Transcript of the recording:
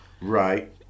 Right